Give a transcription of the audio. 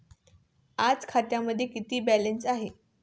आज खात्यामध्ये किती बॅलन्स आहे?